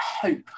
hope